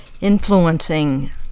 influencing